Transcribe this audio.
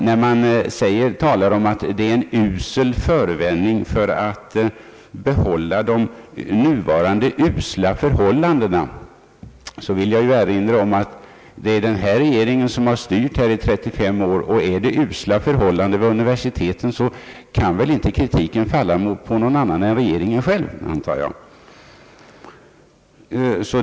När man säger att det är en usel förevändning för att behålla de nuvarande usla förhållandena, vill jag erinra om att det är den här regeringen som har styrt landet i 35 år, och om det råder usla förhållanden vid universiteten antar jag att kritiken inte kan falla på någon annan än regeringen själv.